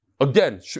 Again